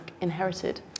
inherited